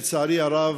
לצערי הרב,